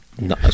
No